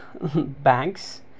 banks